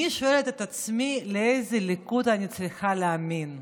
אני שואלת את עצמי לאיזה ליכוד אני צריכה להאמין.